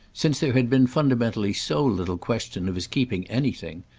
since there had been fundamentally so little question of his keeping anything,